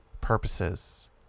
purposes